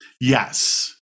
Yes